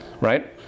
right